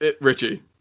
Richie